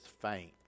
faint